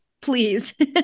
please